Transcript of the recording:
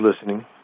listening